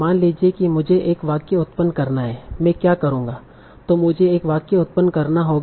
मान लीजिए कि मुझे एक वाक्य उत्पन्न करना है मैं क्या करूँगा तों मुझे एक वाक्य उत्पन्न करना होगा